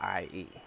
IE